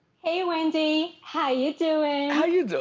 hey wendy, how you doing? how you doing?